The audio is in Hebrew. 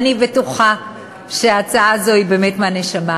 אני בטוחה שההצעה הזאת היא באמת מהנשמה,